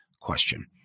question